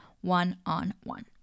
one-on-one